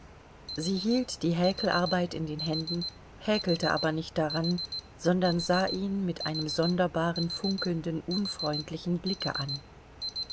sie hielt die häkelarbeit in den händen häkelte aber nicht daran sondern sah ihn mit einem sonderbaren funkelnden unfreundlichen blicke an